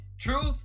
truth